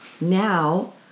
Now